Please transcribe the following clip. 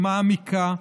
מעמיקה,